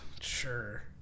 Sure